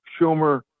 Schumer